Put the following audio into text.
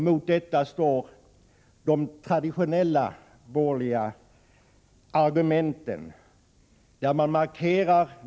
Mot detta står de traditionella borgerliga argumenten.